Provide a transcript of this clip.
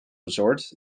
resort